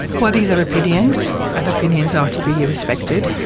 well, these are opinions and opinions are to be respected.